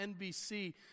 NBC